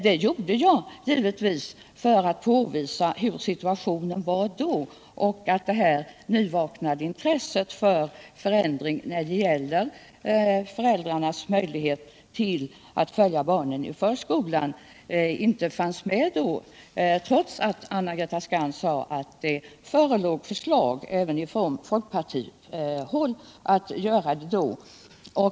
Det gjorde jag givetvis för att påvisa hurdan situationen var då och att det nyvaknade intresset för förändring när det gäller föräldrarnas möjligheter att följa barnen till förskolan inte fanns med där, trots att Anna-Greta Skantz sade att det även från folkpartihåll förelåg förslag i denna fråga.